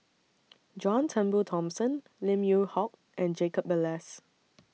John Turnbull Thomson Lim Yew Hock and Jacob Ballas